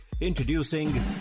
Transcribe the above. Introducing